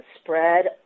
spread